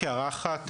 רק הערה אחת,